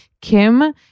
Kim